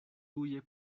tuje